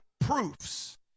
proofs